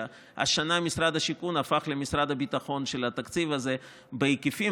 שהשנה משרד השיכון הפך למשרד הביטחון של התקציב הזה בהיקפים,